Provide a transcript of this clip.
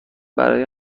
برای